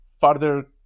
further